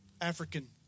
African